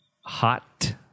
hot